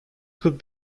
could